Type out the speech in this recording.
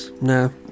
No